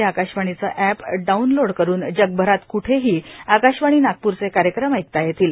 हे आकाशवाणीचं app download करून जगभरात कुठेही आकाशवाणी नागपूरचे कार्यक्रम ऐकता येतील